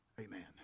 Amen